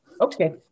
Okay